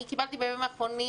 אני קיבלתי בימים האחרונים,